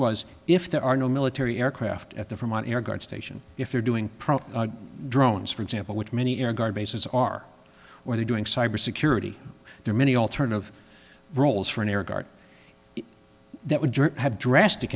was if there are no military aircraft at the from our air guard station if they're doing pro drones for example which many air guard bases are where they're doing cyber security there are many alternative roles for an air guard that would have drastic